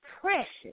precious